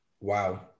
Wow